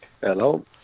Hello